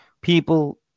people